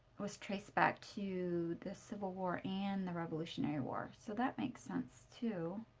was traced back to the civil war and the revolutionary war, so that makes sense too.